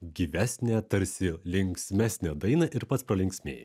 gyvesnę tarsi linksmesnę dainą ir pats pralinksmėji